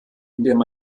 indem